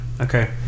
okay